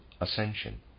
Ascension